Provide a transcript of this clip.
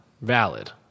Valid